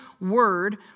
word